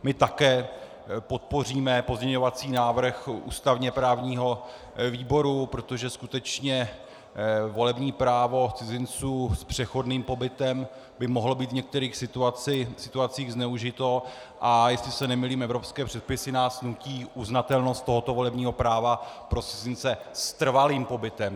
My také podpoříme pozměňovací návrh ústavněprávního výboru, protože skutečně volební právo cizinců s přechodným pobytem by mohlo být v některých situacích zneužito, a jestli se nemýlím, evropské předpisy nám nutí uznatelnost tohoto volebního práva pro cizince s trvalým pobytem.